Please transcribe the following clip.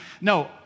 No